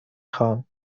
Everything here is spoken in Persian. خواهم